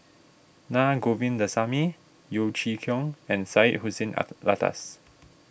Na Govindasamy Yeo Chee Kiong and Syed Hussein Alatas